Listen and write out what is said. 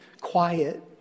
quiet